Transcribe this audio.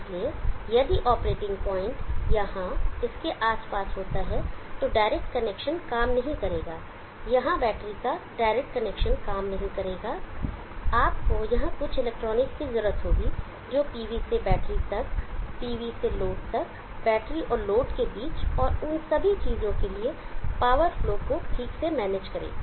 इसलिए यदि operating point यहां इसके आसपास होता है तो डायरेक्ट कनेक्शन काम नहीं करेगा यहाँ बैटरी का डायरेक्ट कनेक्शन काम नहीं करेगा आपको यहाँ कुछ इलेक्ट्रॉनिक्स की जरूरत होगी जो PV से बैटरी तक पीवी से लोड तक बैटरी और लोड के बीच और उन सभी चीजों के लिए पावर फ्लो को ठीक से मैनेज करेगा